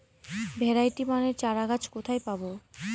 Variety মানের চারাগাছ কোথায় পাবো?